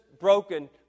broken